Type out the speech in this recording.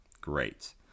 Great